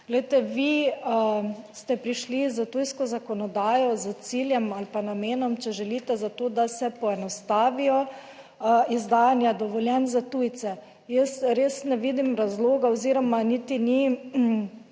Glejte, vi ste prišli s tujsko zakonodajo s ciljem ali pa namenom, če želite, za to da se poenostavijo izdajanja dovoljenj za tujce. Jaz res ne vidim razloga oziroma niti ni